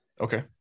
Okay